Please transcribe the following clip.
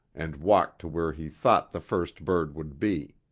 and walked to where he thought the first bird would be.